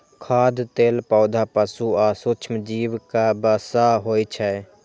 खाद्य तेल पौधा, पशु आ सूक्ष्मजीवक वसा होइ छै